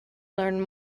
learn